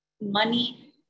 money